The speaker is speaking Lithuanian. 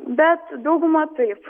bet dauguma taip